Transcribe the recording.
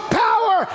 power